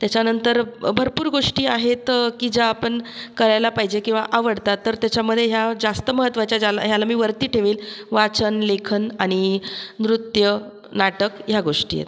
त्याच्यानंतर भरपूर गोष्टी आहेत की ज्या आपण करायला पाहिजे किंवा आवडतात तर त्याच्यामध्ये ह्या जास्त महत्त्वाच्या ज्याला ह्याला मी वरती ठेवील वाचन लेखन आणि नृत्य नाटक ह्या गोष्टी आहेत